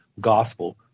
gospel